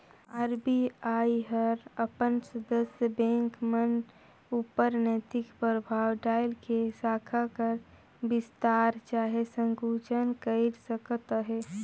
RBI हर अपन सदस्य बेंक मन उपर नैतिक परभाव डाएल के साखा कर बिस्तार चहे संकुचन कइर सकत अहे